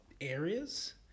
areas